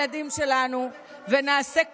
סדרי העדיפויות שלכם לא רואים את